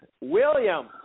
William